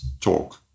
talk